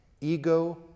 Ego